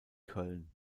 köln